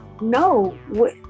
no